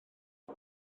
mae